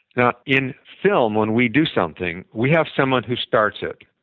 now, in film when we do something, we have someone who starts it.